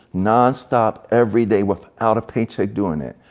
non stop, every day, without a paycheck, doing that.